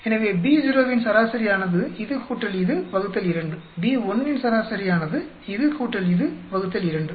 எனவே Bo வின் சராசரி ஆனது இது கூட்டல் இது வகுத்தல் 2 B1 னின் சராசரி ஆனது இது கூட்டல் இது வகுத்தல் 2